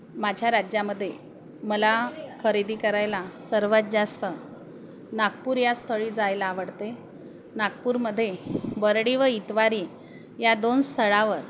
माझ्या राज्यामध्ये मला खरेदी करायला सर्वात जास्त नागपूर या स्थळी जायला आवडते नागपूरमध्ये बरडी व इतवारी या दोन स्थळावर